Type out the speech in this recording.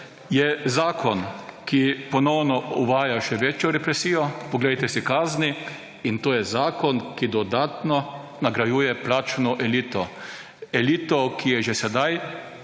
Je zakon, ki ponovno uvaja še večjo represijo, poglejte si kazni in to je zakon, ki dodatno nagrajuje plačno elito, elito, ki je že sedaj